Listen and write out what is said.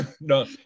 no